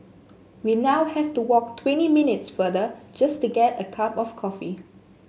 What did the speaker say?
we now have to walk twenty minutes farther just to get a cup of coffee